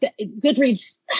Goodreads